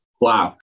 wow